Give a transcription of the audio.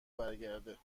برگرده